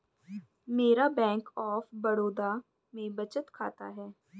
मेरा bank of Baroda में बचत खाता है